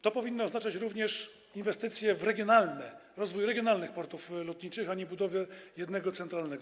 To powinno oznaczać również inwestycje regionalne, rozwój regionalnych portów lotniczych, a nie budowę jednego centralnego.